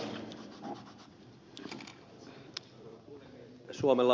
arvoisa puhemies